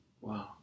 wow